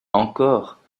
encore